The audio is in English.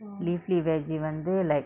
leafy veggie வந்து:vanthu like